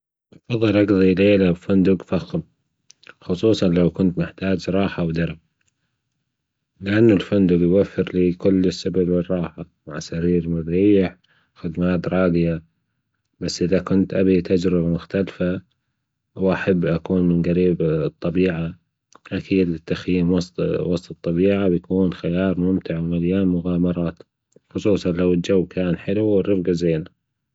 أفضل اجضى ليلة بفندق فخم خصوصا لو كنت محتاج راحة. لانة الفندق يوفر لى كل سبل الراحة مع سرير مريح وخدمات راضية بس أذا كنت أبغى تجربة مختلفة وأحب أكون من جريب الطبيعة أكيد. وسط وسط الطبيعة بيكون خيال ممتع ومليان مغامرات خصوصا لو كان الجو حلو والرفجة زينة